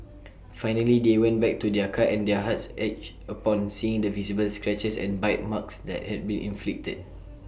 finally they went back to their car and their hearts ached upon seeing the visible scratches and bite marks that had been inflicted